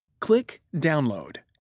click download,